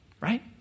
right